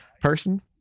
person